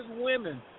women